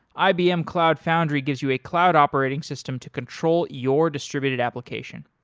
ibm cloud foundry gives you a cloud operating system to control your distributed application.